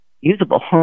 usable